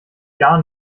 gar